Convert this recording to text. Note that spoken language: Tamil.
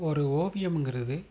ஒரு ஓவியம்ங்கிறது